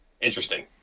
Interesting